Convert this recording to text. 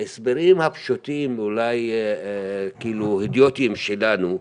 ההסברים הפשוטים, אולי ההדיוטיים שלנו,